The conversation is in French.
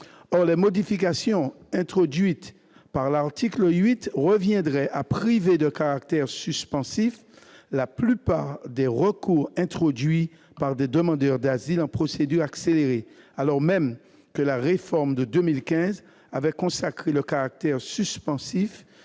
Or les modifications introduites par l'article 8 reviendraient à priver de caractère suspensif la plupart des recours introduits par des demandeurs d'asile en procédure accélérée, alors même que la réforme de 2015 avait consacré le caractère suspensif